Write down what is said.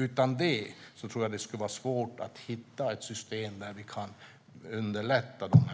Utan det tror jag att det skulle vara svårt att hitta ett system där vi kan underlätta de